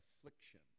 affliction